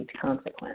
consequence